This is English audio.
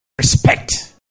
Respect